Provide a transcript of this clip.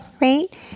right